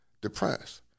depressed